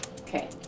Okay